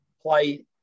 play